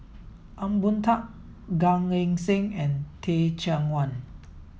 Ong Boon Tat Gan Eng Seng and Teh Cheang Wan